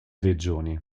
regioni